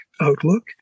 outlook